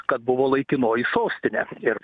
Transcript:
kad buvo laikinoji sostinė ir